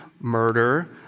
murder